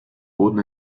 boden